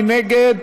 מי נגד?